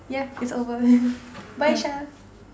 yeah it's over bye Shah